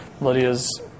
Lydia's